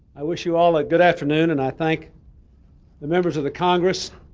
i wish you all a good afternoon and i thank the members of the congress